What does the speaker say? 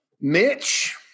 Mitch